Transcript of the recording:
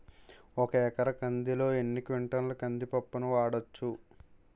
ఒక ఎకర కందిలో ఎన్ని క్వింటాల కంది పప్పును వాడచ్చు?